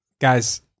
guys